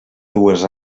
dues